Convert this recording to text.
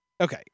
Okay